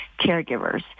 caregivers